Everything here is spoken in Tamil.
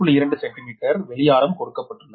2 சென்டிமீட்டர் வெளி ஆரம் கொடுக்கப்பட்டுள்ளது